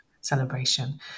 celebration